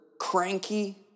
cranky